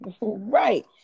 right